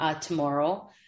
tomorrow